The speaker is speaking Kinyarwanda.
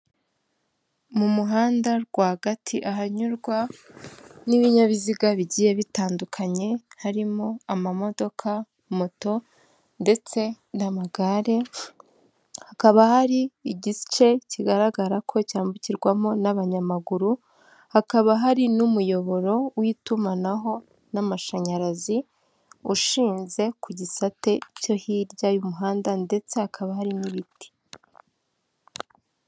Mu muhanda rwagati ahanyurwa n'ibinyabiziga bigiye bitandukanye, harimo amamodoka, moto ndetse n'amagare, hakaba hari igice kigaragara ko cyambukirwamo n'abanyamaguru, hakaba hari n'umuyoboro w'itumanaho n'amashanyarazi ushinze ku gisate cyo hirya y'umuhanda ndetse hakaba hari n'ibiti.